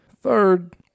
Third